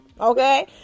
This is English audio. okay